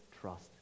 trust